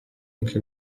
anche